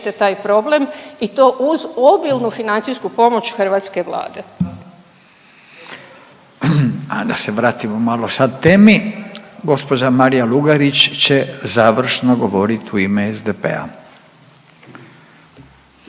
taj problem i to uz obilnu financijsku pomoć hrvatske Vlade. **Radin, Furio (Nezavisni)** A da se vratimo malo sad temi gospođa Marija Lugarić će završno govorit u ime SDP-a.